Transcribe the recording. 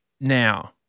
now